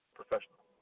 professional